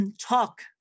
Talk